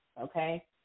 okay